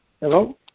Hello